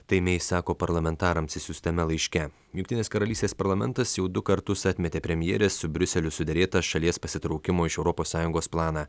tai mei sako parlamentarams išsiųstame laiške jungtinės karalystės parlamentas jau du kartus atmetė premjerės su briuseliu suderėtą šalies pasitraukimo iš europos sąjungos planą